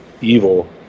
evil